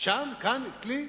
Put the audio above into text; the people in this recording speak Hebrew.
שם, כאן, אצלי?